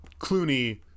Clooney